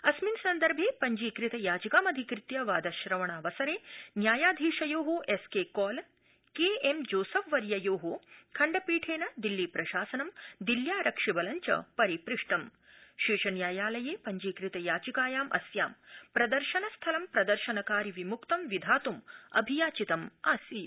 अस्मिन् सन्दर्भे पाञ्जीकृत याचिकामधिकृत्य वादश्रवणावसरे न्यायाधीशयो S K Kaul K M Joseph वर्ययो खण्डपीठेन दिल्लीप्रशासनं दिल्यारक्षिबलं च परिपृष्टम् शीर्षन्यायालये पञ्जीकृत याचिकायाम् अस्यां प्रदर्शनस्थलं प्रदर्शनकारि मक्तं विधात् अभियाचितम् आसीत्